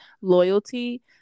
loyalty